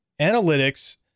analytics